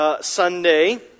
Sunday